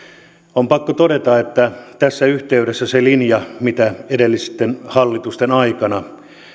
on pakko todeta tässä yhteydessä se linja mitä edellisten hallitusten aikana aloitettiin jo